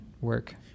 work